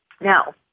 Now